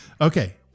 Okay